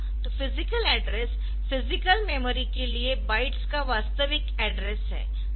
तो physical address physical memory के लिए बाइट्स का वास्तविक एड्रेस है